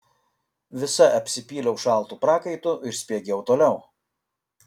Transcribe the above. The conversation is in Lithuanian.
visa apsipyliau šaltu prakaitu ir spiegiau toliau